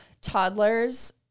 toddlers